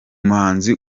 muhanzi